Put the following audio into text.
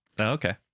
Okay